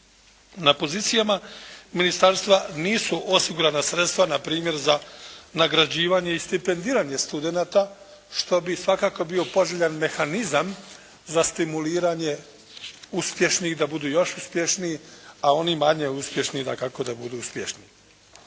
Na pozicijama Ministarstva nisu osigurana sredstva na primjer za nagrađivanje i stipendiranje studenata što bi svakako bio poželjan mehanizam za stimuliranje uspješnih da budu još uspješniji, a oni manje uspješni dakako da budu uspješniji.